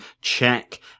check